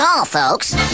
folks